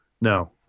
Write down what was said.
No